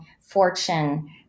fortune